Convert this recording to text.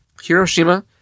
Hiroshima